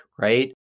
right